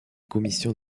commissions